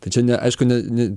ta čia ne aišku ne ne